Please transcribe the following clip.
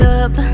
up